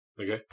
Okay